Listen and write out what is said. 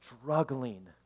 struggling